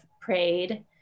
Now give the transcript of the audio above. prayed